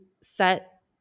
set